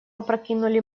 опрокинули